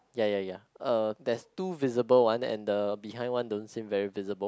ya ya ya uh there's two visible one and the behind one don't seem very visible